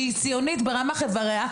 שהיא ציונית ברמ"ח איבריה,